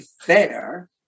fair